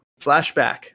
flashback